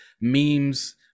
memes